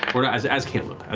but as as caleb, ah